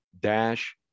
dash